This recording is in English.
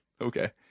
okay